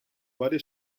varie